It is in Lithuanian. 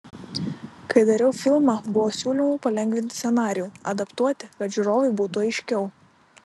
kai dariau filmą buvo siūlymų palengvinti scenarijų adaptuoti kad žiūrovui būtų aiškiau